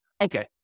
Okay